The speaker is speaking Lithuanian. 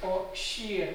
o šį